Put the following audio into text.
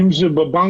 אם זה בבנקים,